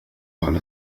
على